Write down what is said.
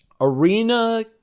Arena